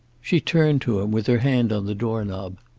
she turned to him, with her hand on the door knob.